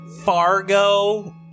Fargo